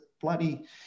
bloody